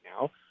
now